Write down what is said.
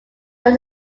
but